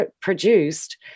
produced